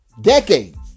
decades